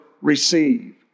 receive